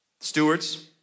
Stewards